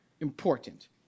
important